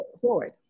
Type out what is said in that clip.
forward